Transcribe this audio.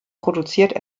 produziert